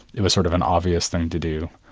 it was sort of an obvious thing to do.